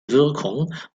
wirkung